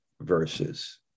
verses